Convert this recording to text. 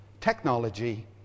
technology